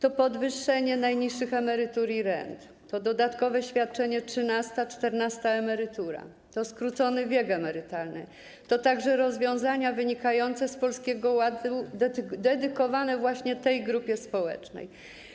To podwyższenie najniższych emerytur i rent, to dodatkowe świadczenia w postaci trzynastej i czternastej emerytury, to skrócony wiek emerytalny, to także rozwiązania wynikające z Polskiego Ładu dedykowane właśnie tej grupie społecznej.